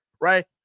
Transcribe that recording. right